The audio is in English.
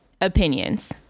opinions